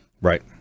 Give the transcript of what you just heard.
Right